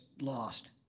lost